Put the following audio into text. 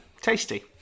tasty